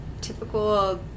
typical